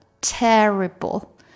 Terrible